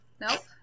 Nope